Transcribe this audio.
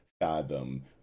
fathom